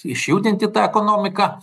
išjudinti tą ekonomiką